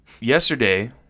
Yesterday